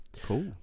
Cool